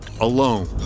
alone